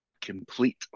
Complete